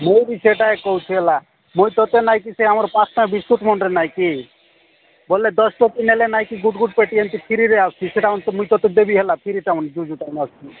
ମୁଁ ବି ସେଟା କହୁଛି ହେଲା ମୁଁ ତୋତେ ନାଇ କି ସେ ଆମର ପାଞ୍ଚଟା ବିସ୍କୁଟ୍ ମଣ୍ଡିରେ ନାଇ କି ବୋଲେ ଦଶ ପେଟି ନେଲେ ଏଇଠି ଗୋଟେ ଗୋଟେ ପେଟି ଏମେତି ଫ୍ରିରେ ଆସୁଛି ସେଟା ମୁଁ ତୋତେ ଦେବି ହେଲା ଫ୍ରିଟା ଯୋଉ ଯୋଉଟା ମାନେ ଆସୁଛି